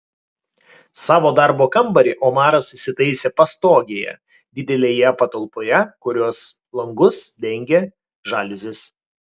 savo darbo kambarį omaras įsitaisė pastogėje didelėje patalpoje kurios langus dengė žaliuzės